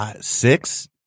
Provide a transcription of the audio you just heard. six